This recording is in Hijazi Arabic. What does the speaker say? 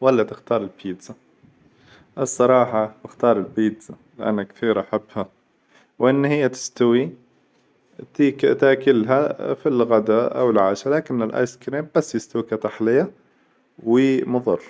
ولا تختار البيتزا؟ الصراحة باختار البيتزا، لأن كثير أحبها وإن هي تستوي تاكلها في الغداء أو العاشا، لكن الآيس كريم بس يستوي تاكله كتحليه و مظر.